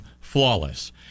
flawless